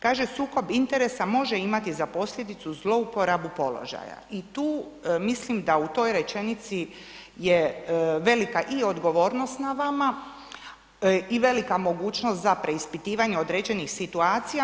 Kaže: „Sukob interesa može imati za posljedicu zlouporabu položaja.“ I tu mislim da u toj rečenici je velika i odgovornost na vama i velika mogućnost za preispitivanje određenih situacija.